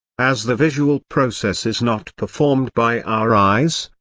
as the visual process is not performed by our eyes,